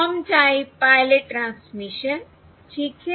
com type pilot transmission ठीक है